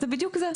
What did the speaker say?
זה בדיוק זה.